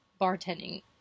bartending